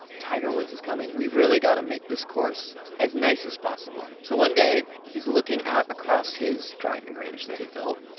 tiger woods is coming, we've really got to make this course as nice as possible. so one day, he's looking out across his driving range that he built.